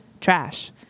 trash